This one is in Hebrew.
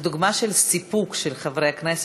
זאת דוגמה של סיפוק של חברי הכנסת,